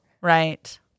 Right